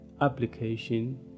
application